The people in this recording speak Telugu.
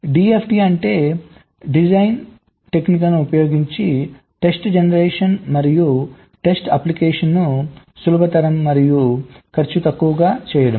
DFT అంటే డిజైన్ టెక్నిక్లను ఉపయోగించి టెస్ట్ జనరేషన్ మరియు టెస్ట్ అప్లికేషన్ను సులభతరం మరియు ఖర్చు తక్కువగా చేస్తాయి